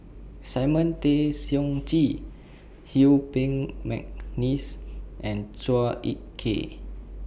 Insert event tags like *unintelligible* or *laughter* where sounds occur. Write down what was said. Simon Tay Seong Chee *unintelligible* Peng Mcneice and Chua Ek Kay